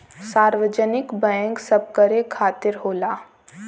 सार्वजनिक बैंक सबकरे खातिर होला